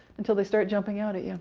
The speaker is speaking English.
until they start jumping out at you.